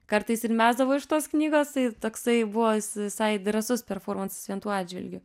kartais ir mesdavo iš tos knygos tai toksai buvo visai drąsus performansas vien tuo atžvilgiu